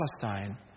Palestine